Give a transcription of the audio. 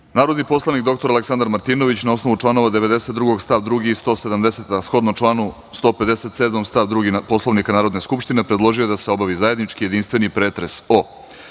predlog. Narodni poslanik dr Aleksandar Martinović, na osnovu čl. 92. stav 2. i 170, a shodno članu 157. stav 2. Poslovnika Narodne skupštine, predložio je da se obavi zajednički jedinstveni pretres o: